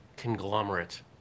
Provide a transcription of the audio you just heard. conglomerate